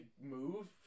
move